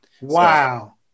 Wow